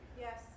Yes